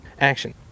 action